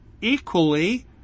equally